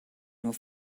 nur